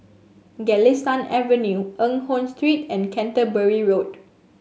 Galistan Avenue Eng Hoon Street and Canterbury Road